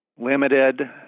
limited